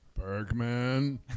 Bergman